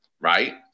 right